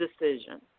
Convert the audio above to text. decision